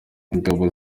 ingabo